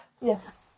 Yes